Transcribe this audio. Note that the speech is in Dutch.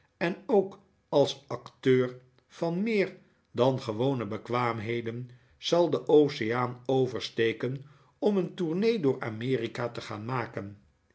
en ook als acteur van meer dan gewone bekwaamheden zal den oceaan oversteken om een tournee door amerika te gaan maken